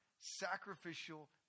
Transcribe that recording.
sacrificial